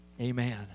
Amen